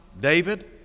David